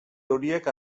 horiek